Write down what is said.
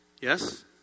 Yes